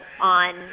on